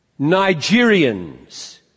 Nigerians